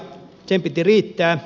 sen piti riittää